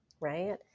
right